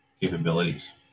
capabilities